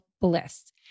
Bliss